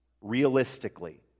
realistically